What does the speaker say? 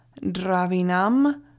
dravinam